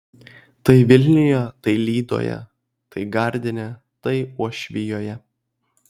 tai vilniuje tai lydoje tai gardine tai uošvijoje